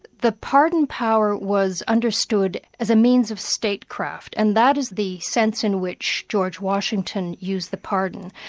the pardon power was understood as a means of statecraft, and that is the sense in which george washington used the pardon.